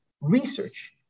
research